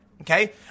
Okay